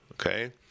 Okay